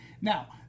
Now